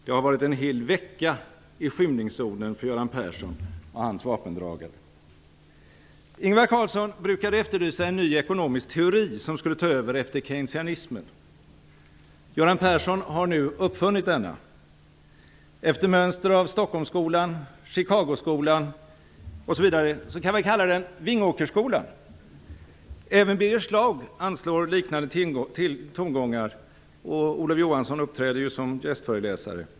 Det har varit en hel vecka i skymningszonen för Göran Persson och hans vapendragare. Ingvar Carlsson brukade efterlysa en ny ekonomisk teori som skulle ta över efter keynesianismen. Göran Persson har nu uppfunnit en sådan. Efter mönster av Stockholmsskolan, Chicagoskolan osv. kan vi kalla den Vingåkersskolan. Även Birger Schlaug anslår liknande tongångar, och Olof Johansson uppträder som gästföreläsare.